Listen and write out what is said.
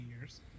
years